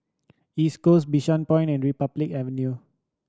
East Coast Bishan Point and Republic Avenue